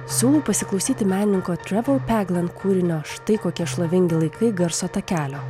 siūlau pasiklausyti menininko trevol peglen kūrinio štai kokie šlovingi laikai garso takelio